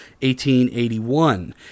1881